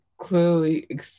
clearly